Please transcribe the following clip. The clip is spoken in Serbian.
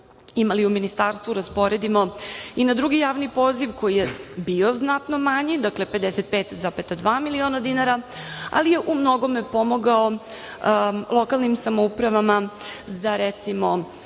imali u ministarstvu rasporedimo i na drugi javni poziv koji je bio znatno manji. Dakle, 55,2 miliona dinara, ali je u mnogome pomogao lokalnim samoupravama za recimo